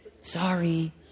Sorry